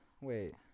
Wait